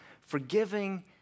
forgiving